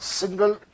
single